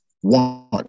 One